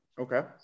okay